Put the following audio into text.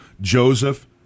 Joseph